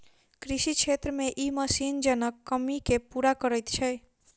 कृषि क्षेत्र मे ई मशीन जनक कमी के पूरा करैत छै